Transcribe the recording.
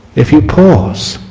if you pause,